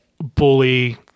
bully